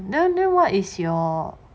no no what is your